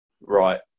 Right